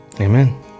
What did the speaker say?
amen